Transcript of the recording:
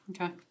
Okay